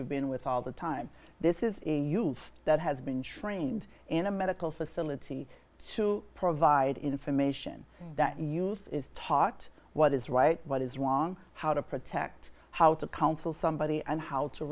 you've been with all the time this is a youth that has been trained in a medical facility to provide information that youth is taught what is right what is wrong how to protect how to counsel somebody and how to